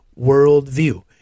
worldview